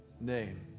name